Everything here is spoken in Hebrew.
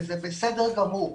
וזה בסדר גמור.